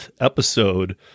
episode